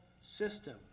system